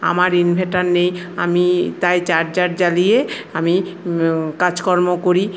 আমার ইনভার্টার নেই আমি তাই চার্জার জ্বালিয়ে আমি কাজকর্ম করি